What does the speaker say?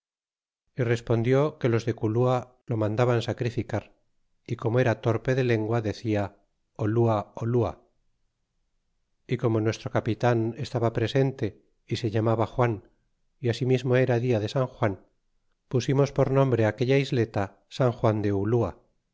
y respondió que los de culua lo mandaban sacrificar y como era torpe de lengua decia olua olua y como nuestro capitan estaba presente y se llamaba juan y asimismo era dia de san juan pusimos por nombre aquella isleta san juan de ulua